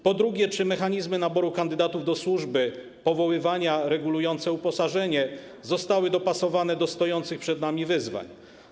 Po drugie, czy mechanizmy naboru kandydatów do służby, powoływania, regulujące uposażenie zostały dopasowane do stojących przed nami wyzwań?